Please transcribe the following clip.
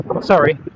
Sorry